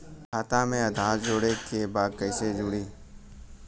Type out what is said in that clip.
खाता में आधार जोड़े के बा कैसे जुड़ी?